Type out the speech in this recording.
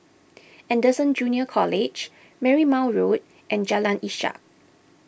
Anderson Junior College Marymount Road and Jalan Ishak